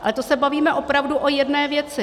Ale to se bavíme opravdu o jedné věci.